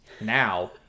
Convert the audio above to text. now